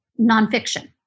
nonfiction